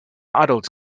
adults